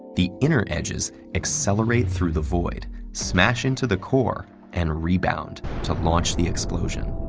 the inner edges accelerate through the void, smash into the core, and rebound to launch the explosion.